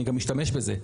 אני גם משתמש בזה.